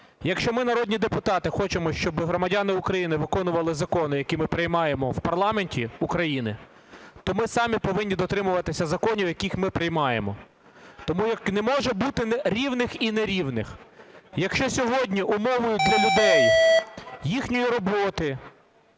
Якщо ми, народні депутати, хочемо, щоби громадяни України виконували закони, які ми приймаємо в парламенті України, то ми самі повинні дотримуватися законів, які ми приймаємо. Тому не може бути рівних і нерівних. Якщо сьогодні умовою для людей їхньої роботи,